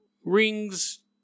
rings